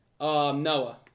Noah